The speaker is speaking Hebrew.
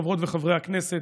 חברות וחברי הכנסת,